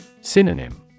Synonym